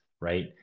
right